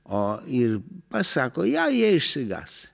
o ir pasako ją jie išsigąs